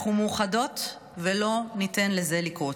אנחנו מאוחדות, ולא ניתן לזה לקרות.